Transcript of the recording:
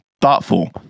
thoughtful